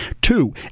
Two